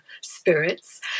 spirits